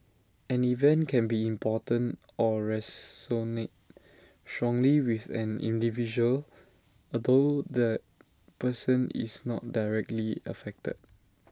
an event can be important or resonate strongly with an individual although that person is not directly affected